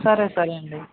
సరే సరే అండి